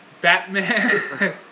Batman